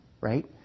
right